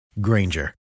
Granger